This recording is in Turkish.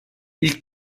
i̇lk